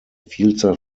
vielzahl